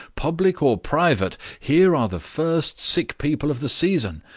public or private, here are the first sick people of the season.